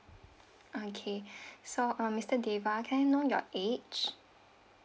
okay so mister deva can I know your age